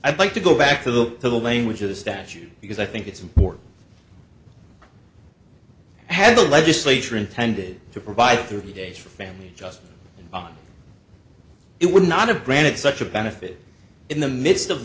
i'd like to go back to look to the language of the statute because i think it's important to have the legislature intended to provide thirty days for family just it would not have granted such a benefit in the midst of